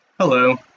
Hello